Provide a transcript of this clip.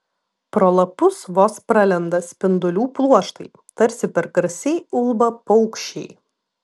pro lapus vos pralenda spindulių pluoštai tarsi per garsiai ulba paukščiai